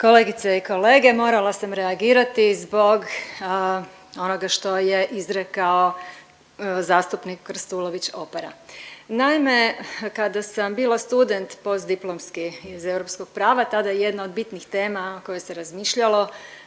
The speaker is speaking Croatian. Kolegice i kolege, morala sam reagirati zbog onoga što je izrekao zastupnik Krstulović Opara. Naime kada sam bila student postdiplomski iz europskog prava tada jedna od bitnih tema o kojoj se razmišljao